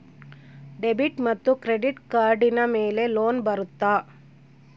Debit ಮತ್ತು credit ಕಾರ್ಡಿನ ಮೇಲೆ ಲೋನ್ ಬರುತ್ತಾ?